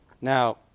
Now